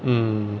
mm